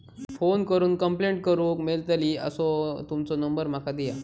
Phone करून complaint करूक मेलतली असो तुमचो नंबर माका दिया?